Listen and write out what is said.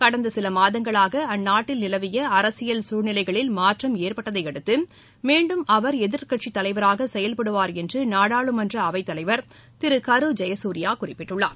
கடந்த சில மாதங்களாக அந்நாட்டில் நிலவிய அரசியல் சூழ்நிலைகளில் மாற்றம் ஏற்பட்டதையடுத்து மீண்டும் அவர் எதிர்க்கட்சித்தலைவராக செயல்படுவார் என்று நாடாளுமன்ற அவைத்தலைவர் திரு கரு ஜெயசூரியா குறிப்பிட்டுள்ளார்